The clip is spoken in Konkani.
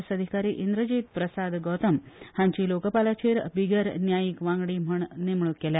एस अधिकारी इंद्रजीत प्रसाद गौतम हांची लोकपालाचेर बिगर न्यायिक वांगडी म्हण नेमणूक केल्या